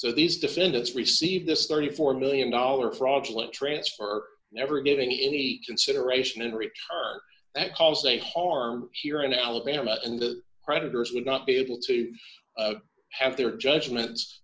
so these defendants receive this thirty four million dollars fraudulent transfer never given any consideration in return that cause they harmed here in alabama and the creditors would not be able to have their judgments